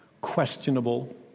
questionable